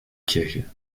kirche